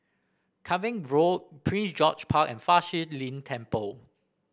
Cavenagh Road Prince George Park and Fa Shi Lin Temple